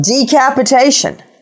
decapitation